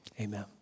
Amen